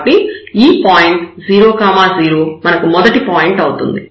కాబట్టి ఈ పాయింట్ 0 0 మనకు మొదటి పాయింట్ అవుతుంది